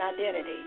identity